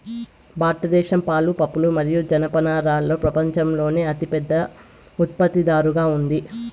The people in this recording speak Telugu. భారతదేశం పాలు, పప్పులు మరియు జనపనారలో ప్రపంచంలోనే అతిపెద్ద ఉత్పత్తిదారుగా ఉంది